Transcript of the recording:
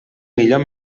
millor